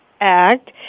Act